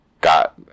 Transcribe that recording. Got